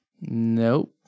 Nope